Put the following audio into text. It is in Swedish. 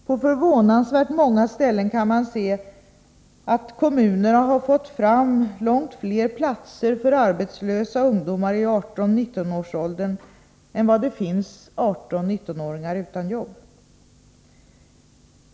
På förvånansvärt många ställen kan man se att kommunerna fått fram långt fler platser för arbetslösa ungdomar i 18-19-årsåldern än vad det finns 18-19-åringar utan jobb.